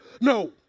No